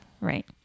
Right